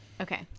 okay